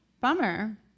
Bummer